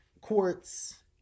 quartz